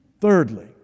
Thirdly